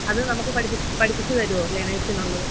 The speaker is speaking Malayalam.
അത് നമുക്ക് പഠിപ്പിച്ച് പഠിപ്പിച്ച് തരുവോ ലേണേഴ്സിനുള്ളത്